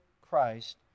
Christ